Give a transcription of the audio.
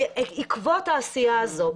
בעקבות העשייה הזו,